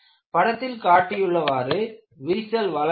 படத்தில் காட்டியுள்ளவாறு விரிசல் வளர்கிறது